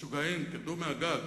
משוגעים, תרדו מהגג.